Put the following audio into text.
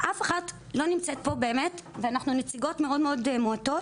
אף אחת לא נמצאת פה באמת ואנחנו נציגות מאוד מועטות,